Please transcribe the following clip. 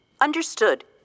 Understood